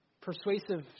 persuasive